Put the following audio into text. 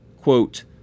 quote